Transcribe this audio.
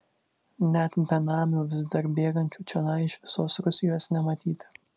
net benamių vis dar bėgančių čionai iš visos rusijos nematyti